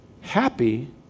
Happy